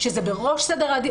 שזה בראש סדר העדיפויות,